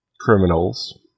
criminals